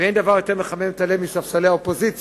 ואין דבר יותר מחמם את הלב מספסלי האופוזיציה